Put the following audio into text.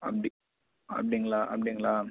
அப்படி அப்படிங்களா அப்படிங்களா